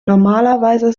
normalerweise